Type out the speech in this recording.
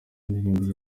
indirimbo